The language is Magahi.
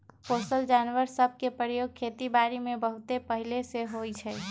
पोसल जानवर सभ के प्रयोग खेति बारीमें बहुते पहिले से होइ छइ